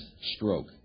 stroke